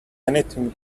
anything